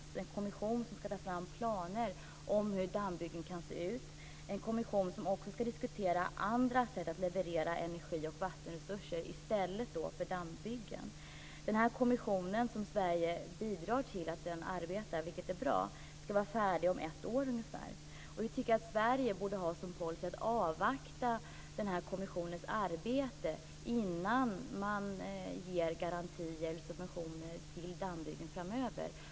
Det är en kommission som skall ta fram planer för hur dammbyggen kan se ut. Den skall också diskutera andra sätt att leverera energi och vattenresurser i stället för dammbyggen. Sverige bidrar till den här kommissionens arbete, och det är bra. Kommissionen skall vara färdig med sitt arbete om ungefär ett år. Vi tycker att Sverige borde ha som policy att avvakta den här kommissionens arbete innan man ger garantier och subventioner till dammbyggen framöver.